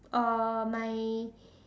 uh my